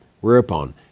whereupon